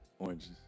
Oranges